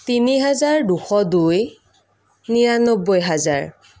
তিনি হাজাৰ দুশ দুই নিৰানব্বৈ হাজাৰ